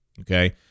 Okay